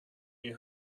این